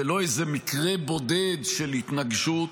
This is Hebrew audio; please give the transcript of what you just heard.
ולא איזה מקרה בודד של התנגשות,